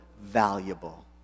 valuable